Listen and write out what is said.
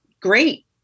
great